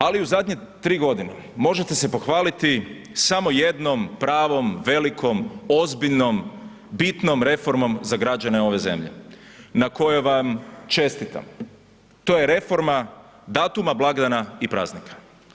Ali u zadnje tri godine možete se pohvaliti samo jednom pravom velikom ozbiljnom bitnom reformom za građane ove zemlje na kojoj vam čestitam, to je reforma datuma blagdana i praznika.